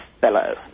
fellow